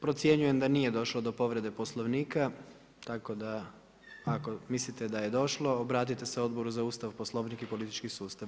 Procjenjujem da nije došlo do povrede Poslovnika tako da ako mislite da je došlo obratite se Odboru za Ustav, Poslovnik i politički sustav.